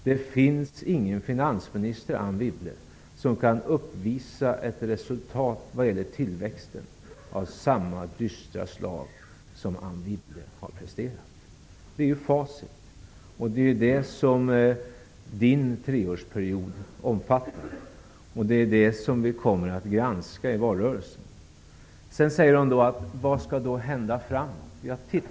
Det har inte funnits någon finansminister, Anne Wibble, som har kunnat uppvisa ett resultat när det gäller tillväxten av samma dystra slag som Anne Wibble har presterat. Det är ju facit, och det är detta som Anne Wibbles treårsperiod omfattar och som vi kommer att granska i valrörelsen. Sedan frågade Anne Wibble vad som kommer att hända framöver.